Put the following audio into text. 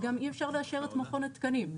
גם אי-אפשר לאשר את מכון התקנים.